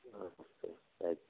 ಹಾಂ ಸರಿ ಆಯ್ತು